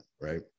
right